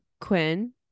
quinn